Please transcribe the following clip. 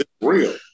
real